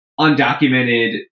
undocumented